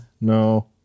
no